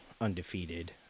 undefeated